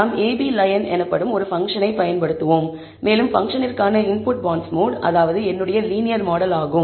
நாம் ab line ab line எனப்படும் ஒரு பங்க்ஷனை பயன்படுத்துவோம் மேலும் பங்க்ஷனிற்கான இன்புட் பாண்ட்ஸ்மோட் அதாவது என்னுடைய லீனியர் மாடல் ஆகும்